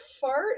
fart